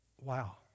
Wow